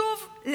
שוב,